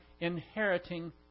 inheriting